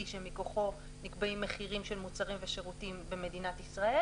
שמכוחו נקבעים מחירים של מוצרים ושירותים במדינת ישראל